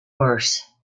worse